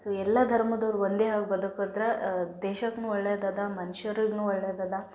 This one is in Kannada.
ಸೊ ಎಲ್ಲ ಧರ್ಮದವ್ರು ಒಂದೇ ಆಗಿ ಬದುಕಿದ್ರೆ ದೇಶಕ್ಕು ಒಳ್ಳೇದು ಇದೆ ಮನ್ಷ್ಯರಿಗು ಒಳ್ಳೇದು ಇದೆ